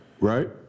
right